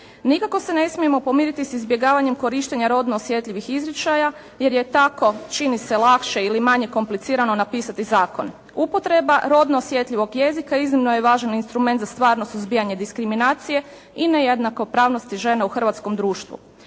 Nikako se ne smijemo pomiriti s izbjegavanjem korištenja rodno osjetljivih izričaja jer je tako čini se lakše ili manje komplicirano napisati zakon. Upotreba rodno osjetljivog jezika iznimno je važan instrument za stvarno suzbijanje diskriminacije i nejednakopravnosti žena u hrvatskom društvu.